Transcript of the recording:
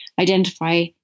identify